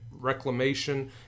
Reclamation